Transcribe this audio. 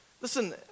Listen